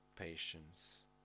Patience